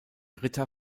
ritter